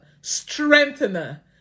strengthener